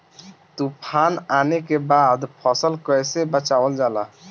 तुफान आने के बाद फसल कैसे बचावल जाला?